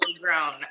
grown